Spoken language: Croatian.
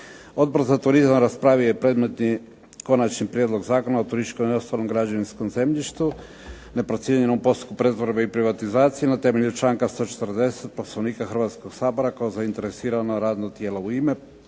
Odbor za turizam raspravio je predmetni Konačni prijedlog Zakona o turističkom i ostalom građevinskom zemljištu neprocijenjenom u postupku pretvorbe i privatizacije na temelju članka 140. Poslovnika Hrvatskoga sabora kao zainteresirano radno tijelo. U ime